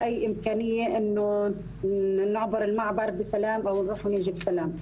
אנחנו רוצות לחיות בביטחון ולהתנהל בשלום בארץ.